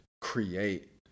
create